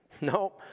No